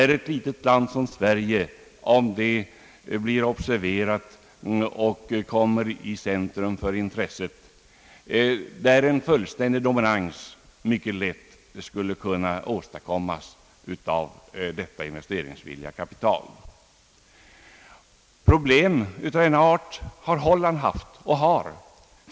Om ett litet land som Sverige blir observerat och kommer i centrum för intresset, skulle en fullständig dominans av detta investeringsvilliga kapital i vårt land mycket lätt kunna bli följden. Problem av denna art har Holland haft och har alltjämt.